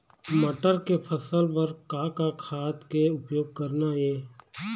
मटर के फसल बर का का खाद के उपयोग करना ये?